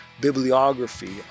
Bibliography